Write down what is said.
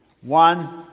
One